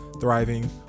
thriving